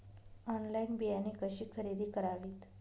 Online बियाणे कशी खरेदी करावीत?